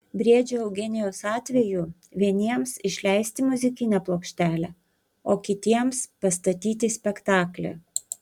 briedžio eugenijaus atveju vieniems išleisti muzikinę plokštelę o kitiems pastatyti spektaklį